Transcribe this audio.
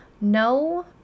no